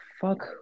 fuck